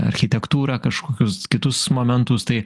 architektūrą kažkokius kitus momentus tai